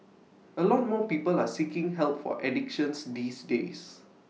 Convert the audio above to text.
A lot more people are seeking help for addictions these days